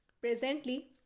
Presently